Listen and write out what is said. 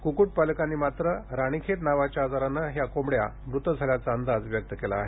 कक्क्ट पालकांनी मात्र राणीखेत नावाच्या आजाराने कोंबड्या मृत झाल्याचे अंदाज व्यक्त केला आहे